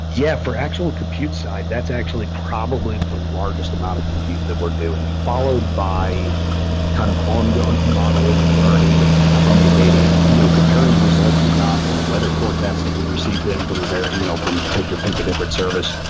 yeah. for actual compute side, that's actually probably the largest amount of compute that we're doing, followed by kind of ongoing modeling and learning from the data and you know comparing results we got or weather forecast that we received in from you know take your pick, a different service,